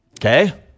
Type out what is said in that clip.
Okay